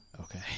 Okay